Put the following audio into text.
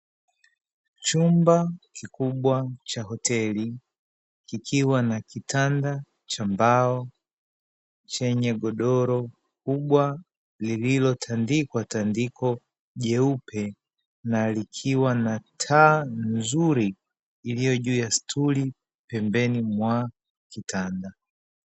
Chumba kikubwa cha hoteli, kikiwa na kitanda cha mbao chenye godoro kubwa, lililotandikwa tandiko jeupe na likiwa na taa nzuri, iliyo juu ya stuli pembeni mwa kitanda.